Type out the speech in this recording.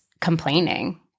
complaining